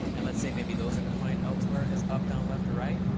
and let's say maybe those are defined elsewhere as up, down, left, or right.